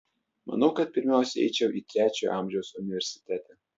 manau kad pirmiausia eičiau į trečiojo amžiaus universitetą